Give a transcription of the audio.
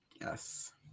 Yes